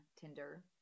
Tinder